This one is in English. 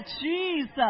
Jesus